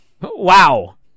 Wow